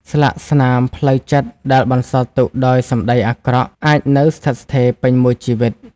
ស្លាកស្នាមផ្លូវចិត្តដែលបន្សល់ទុកដោយសម្ដីអាក្រក់ អាចនៅស្ថិតស្ថេរពេញមួយជីវិត។